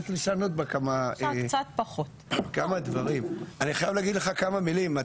אני חייב להגיד לך כמה מילים,